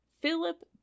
Philip